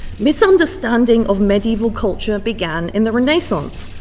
misunderstanding of medieval culture began in the renaissance.